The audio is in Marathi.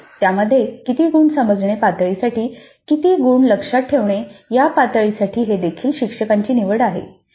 नक्कीच त्यामध्ये किती गुण समजणे पातळी साठी किती गुण लक्षात ठेवणे या पातळी साठी ही देखील शिक्षकाची निवड आहे